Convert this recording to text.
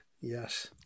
Yes